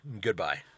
Goodbye